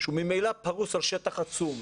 שהוא ממילא פרוס על שטח עצום,